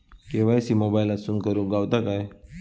KYC मोबाईलातसून करुक गावता काय?